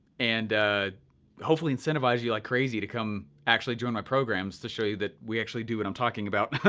and hopefully incentivize you like crazy to come actually join my programs, to show you that we actually do what i'm talking about.